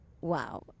Wow